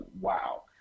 wow